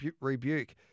rebuke